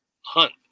hunt